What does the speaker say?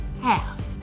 Half